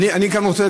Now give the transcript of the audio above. אני גם רוצה,